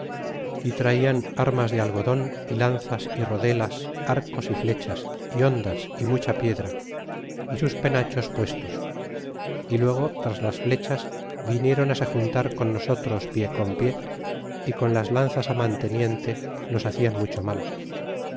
y traian armas de algodon y lanzas y rodelas arcos y flechas y hondas y mucha piedra y sus penachos puestos y luego tras las flechas vinieron se juntar con nosotros pie con pie y con las lanzas manteniente nos hacian mucho mal